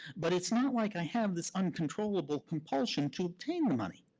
but it's not like i have this uncontrollable compulsion to attain the money.